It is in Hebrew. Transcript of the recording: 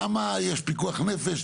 שם יש פיקוח נפש,